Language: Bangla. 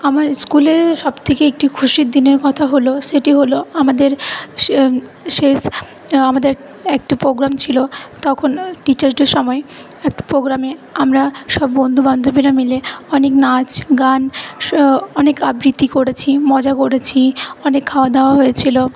আমার স্কুলে সবথেকে একটি খুশির দিনের কথা হল সেটি হল আমাদের সে শেষ আমাদের একটা প্রোগ্রাম ছিল তখন টিচার্স ডের সময় একটা প্রোগ্রামে আমরা সব বন্ধু বান্ধবীরা মিলে অনেক নাচ গান অনেক আবৃত্তি করেছি মজা করেছি অনেক খাওয়া দাওয়া হয়েছিল